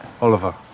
Oliver